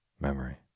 Memory